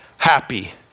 happy